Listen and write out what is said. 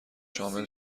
شامل